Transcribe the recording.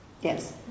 yes